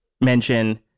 mention